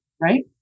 right